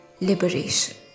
liberation